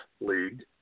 league